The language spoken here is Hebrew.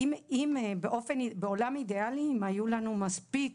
בעולם אידיאלי, אם היו לנו מספיק